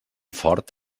fort